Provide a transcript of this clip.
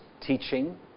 teaching